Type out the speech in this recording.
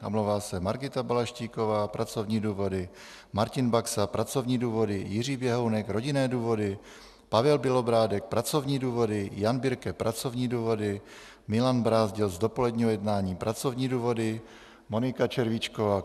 Omlouvá se Margita Balaštíková pracovní důvody, Martin Baxa pracovní důvody, Jiří Běhounek rodinné důvody, Pavel Bělobrádek pracovní důvody, Jan Birke pracovní důvody, Milan Brázdil z dopoledního jednání pracovní důvody, Monika Červíčková...